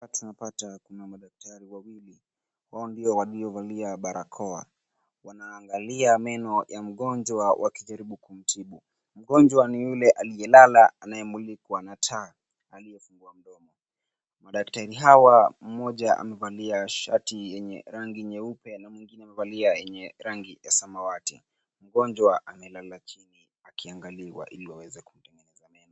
Hapa tunapata kuna madaktari wawili, hao ndio waliovaa barakoa, wanaangalia meno ya mgonjwa, wakijaribu kumtibu. Mgongwa ni yule aliyelala anayemulikwa na taa, aliyefungua mdomo. Madaktari hawa, mmoja amevalia shati yenye rangi nyeupe, na mwingine amevalia yenye rangi ya samawati. Mgonjwa amelala chini akiangaliwa, ili waweze kumtengeneza meno.